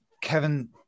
Kevin